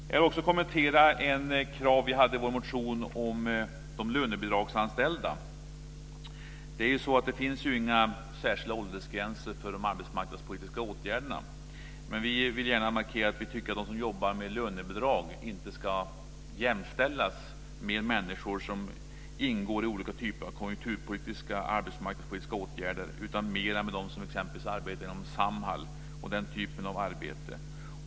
Jag vill också kommentera ett krav som vi ställde i vår motion om de lönebidragsanställda. Det finns inga särskilda åldersgränser för de arbetsmarknadspolitiska åtgärderna. Men vi vill gärna markera att vi tycker att de som jobbar med lönebidrag inte ska jämställas med människor som ingår i olika typer av konjunkturpolitiska och arbetsmarknadspolitiska åtgärder utan mer med dem som exempelvis arbetar inom Samhall och den typen av arbeten.